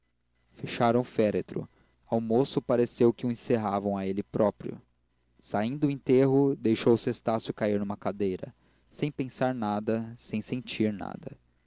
o féretro ao moço pareceu que o encerravam a ele próprio saindo o enterro deixou-se estácio cair numa cadeira sem pensar nada sem sentir nada